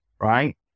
right